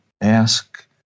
ask